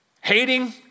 hating